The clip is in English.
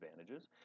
advantages